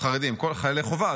חיילי חובה,